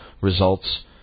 results